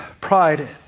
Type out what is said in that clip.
pride